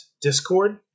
Discord